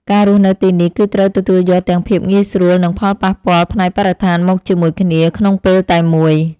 ការរស់នៅទីនេះគឺត្រូវទទួលយកទាំងភាពងាយស្រួលនិងផលប៉ះពាល់ផ្នែកបរិស្ថានមកជាមួយគ្នាក្នុងពេលតែមួយ។